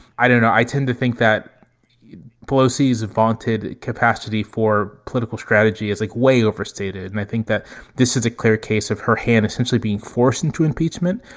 i don't know. i tend to think that pelosi's vaunted capacity for political strategy is like way overstated. and i think that this is a clear case of her hand essentially being forced into impeachment.